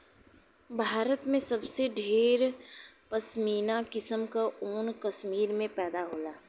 भारत में सबसे ढेर पश्मीना किसम क ऊन कश्मीर में पैदा होला